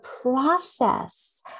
process